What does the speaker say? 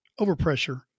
Overpressure